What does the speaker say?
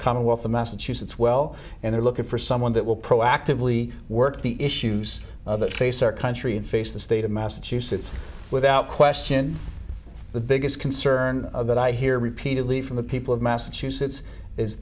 commonwealth of massachusetts well and they're looking for someone that will proactively work the issues that face our country and face the state of massachusetts without question the biggest concern that i hear repeatedly from the people of massachusetts